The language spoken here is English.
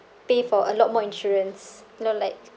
pay for a lot more insurance not like